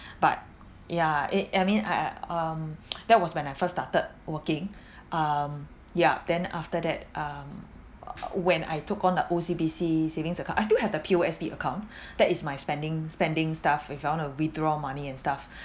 but yeah it I mean I I um that was when I first started working um ya then after that um when I took on the O_C_B_C savings account I still have the P_O_S_B account that is my spending spending stuff if I want to withdraw money and stuff